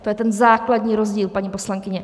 To je ten základní rozdíl, paní poslankyně.